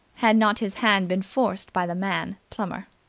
had not his hand been forced by the man plummer.